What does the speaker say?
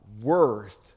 worth